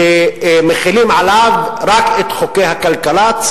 שמחילים עליו רק את חוקי הכלכלה,